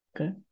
Okay